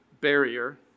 barrier